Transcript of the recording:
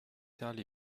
tell